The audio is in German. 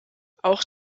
auch